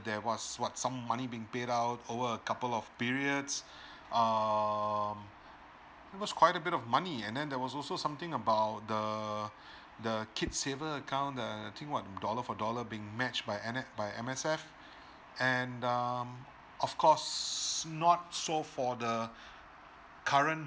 there was what some money being paid out over a couple of periods um it was quite a bit of money and then there was also something about the the kids saver account err I think what a dollar for dollar being matched by M_S_F and um of course not so for the current